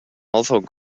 although